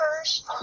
first